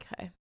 Okay